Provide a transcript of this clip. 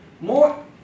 more